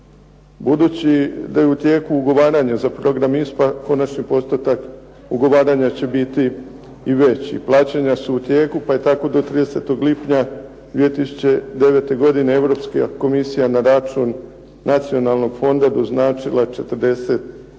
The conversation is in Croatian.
Budući da je u tijeku ugovaranje za program ISPA, konačni postotak ugovaranja će biti i veći. Plaćanja su u tijeku pa je tako do 30. lipnja 2009. godine Europska komisija na račun Nacionalnog fonda doznačila 40,3